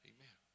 Amen